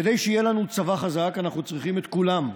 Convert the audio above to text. כדי שיהיה לנו צבא חזק, אנחנו צריכים את כולם,